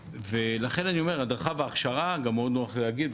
לכן בהדרכה ובהכשרה גם מאוד נוח לי להגיד,